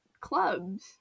clubs